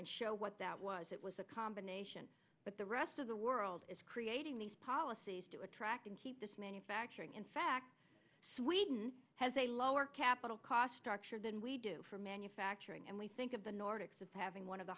and show what that was it was a combination but the rest of the world is creating these policies to attract and keep this manufacturing in fact sweden has a lower capital cost structure than we do for manufacturing and we think of the nordics of having one of the